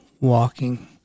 walking